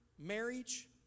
marriage